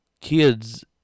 kids